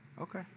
okay